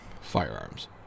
firearms